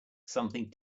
something